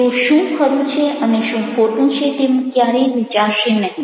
તેઓ શું ખરું છે અને શું ખોટું છે તેવું ક્યારેય વિચારશે નહિ